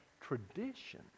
tradition